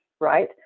right